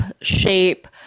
shape